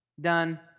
Done